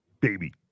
baby